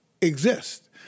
exist